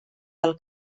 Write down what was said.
del